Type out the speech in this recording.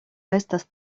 estas